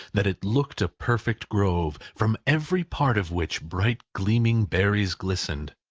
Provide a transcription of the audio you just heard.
that it looked a perfect grove from every part of which, bright gleaming berries glistened.